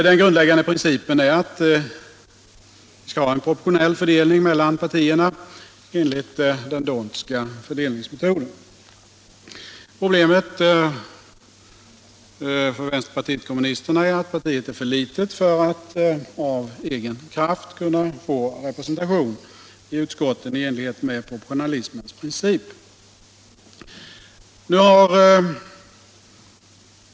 Den grundläggande principen är att det skall vara en proportionell fördelning mellan partierna enligt den d"Hondtska fördelningsmetoden. Problemet för vänsterpartiet kommunisterna är att partiet är för litet för att av egen kraft kunna få representation i utskotten i enlighet med proportionalismens princip.